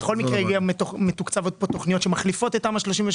בכל מקרה מתוקצבות פה תכניות שמחליפות את תמ"א 38,